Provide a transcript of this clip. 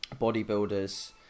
bodybuilders